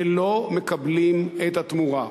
ולא מקבלים את התמורה.